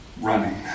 running